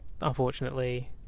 Unfortunately